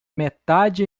metade